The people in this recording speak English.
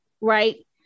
right